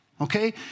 okay